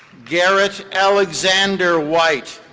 garrett alexander white.